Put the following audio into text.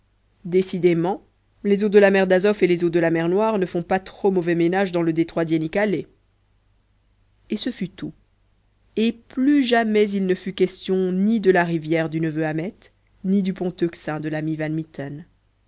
décidément les eaux de la mer d'azof et les eaux de la mer noire ne font pas trop mauvais ménage dans le détroit d'iénikalé et ce fut tout et plus jamais il ne fut question ni de la rivière du neveu ahmet ni du pont euxin de l'ami van mitten